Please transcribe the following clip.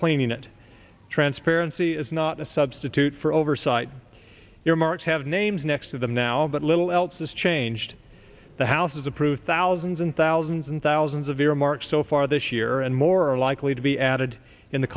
cleaning it transparency is not a substitute for oversight your marks have names next to them now but little else has changed the house has approved thousands and thousands and thousands of earmarks so far this year and more are likely to be added in the